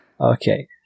Okay